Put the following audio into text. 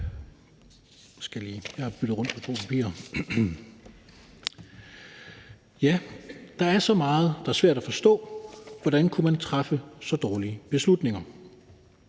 Der er så meget, der er svært at forstå. Hvordan kunne man træffe så dårlige beslutninger?